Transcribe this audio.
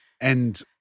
And-